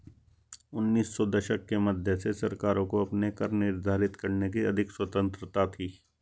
उन्नीस सौ के दशक के मध्य से सरकारों को अपने कर निर्धारित करने की अधिक स्वतंत्रता थी